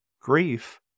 Grief